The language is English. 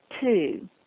two